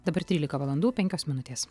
dabar trylika valandų penkios minutės